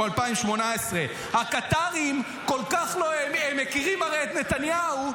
2018. הקטרים כל כך מכירים את נתניהו,